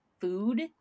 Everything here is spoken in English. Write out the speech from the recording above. food